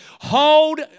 Hold